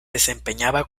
desempeñaba